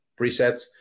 presets